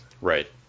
Right